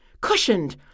cushioned